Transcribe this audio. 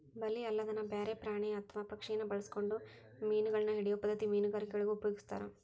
ಬಲಿ ಅಲ್ಲದನ ಬ್ಯಾರೆ ಪ್ರಾಣಿ ಅತ್ವಾ ಪಕ್ಷಿನ ಬಳಸ್ಕೊಂಡು ಮೇನಗಳನ್ನ ಹಿಡಿಯೋ ಪದ್ಧತಿ ಮೇನುಗಾರಿಕೆಯೊಳಗ ಉಪಯೊಗಸ್ತಾರ